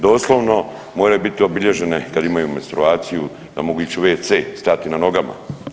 Doslovno moraju biti obilježene kad imaju menstruaciju da mogu ići u wc, stati na nogama.